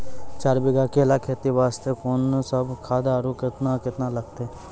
चार बीघा केला खेती वास्ते कोंन सब खाद आरु केतना केतना लगतै?